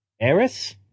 Eris